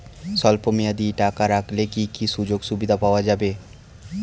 স্বল্পমেয়াদী টাকা রাখলে কি কি সুযোগ সুবিধা পাওয়া যাবে?